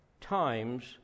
times